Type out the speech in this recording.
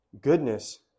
goodness